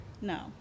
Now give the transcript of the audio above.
No